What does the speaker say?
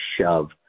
shove